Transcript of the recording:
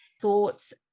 thoughts